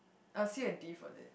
I got C or D for L I T